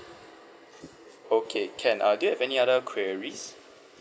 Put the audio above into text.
okay can uh do you have any other queries